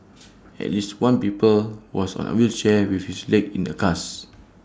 at least one pupil was on A wheelchair with his leg in A cast